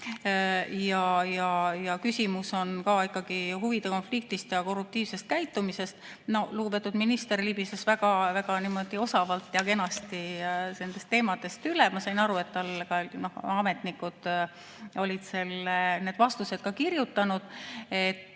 Küsimus on ikkagi huvide konfliktis ja korruptiivses käitumises. Lugupeetud minister libises väga osavalt ja kenasti nendest teemadest üle. Ma sain aru, et ametnikud olid talle need vastused kirjutanud.